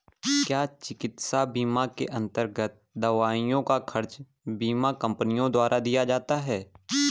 क्या चिकित्सा बीमा के अन्तर्गत दवाइयों का खर्च बीमा कंपनियों द्वारा दिया जाता है?